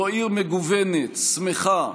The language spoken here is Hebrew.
זו עיר מגוונת, שמחה,